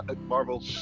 Marvel